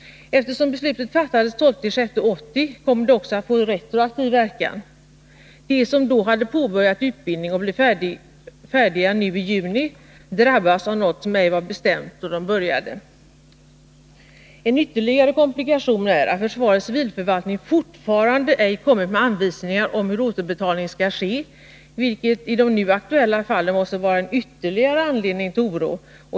Eftersom beslutet fattades den 12 juni 1980, kommer det också att få retroaktiv verkan. De som då hade påbörjat utbildning och blir färdiga nu i juni drabbas av något som ej var bestämt när de började. Enytterligare komplikation är att försvarets civilförvaltning fortfarande ej utfärdat anvisningar om hur återbetalningen skall ske, vilket i de nu aktuella fallen måste vara en ytterligare anledning till oro.